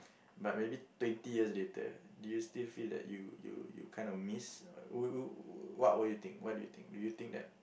but maybe twenty years later do you still feel that you you you kind of miss w~ w~ what do you think what do you think do you think that